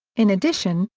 in addition,